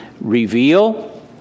reveal